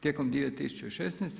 Tijekom 2016.